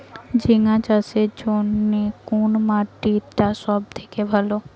ঝিঙ্গা চাষের জইন্যে কুন মাটি টা সব থাকি ভালো?